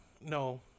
no